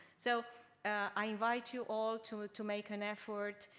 so i invite you all to to make an effort.